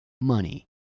money